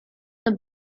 the